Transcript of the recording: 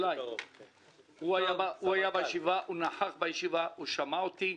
הוא נכח בישיבה ושמע אותי.